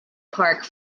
park